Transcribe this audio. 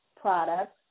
products